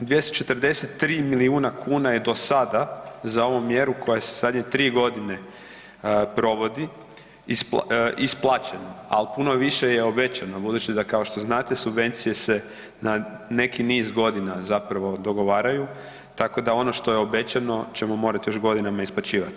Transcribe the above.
243 milijuna kuna je do sada za ovu mjeru koja se u zadnje tri godine provodi isplaćen, ali puno više je obećano, budući da kao što znate subvencije se na neki niz godina dogovaraju, tako da ono što je obećano ćemo morati još godinama isplaćivati.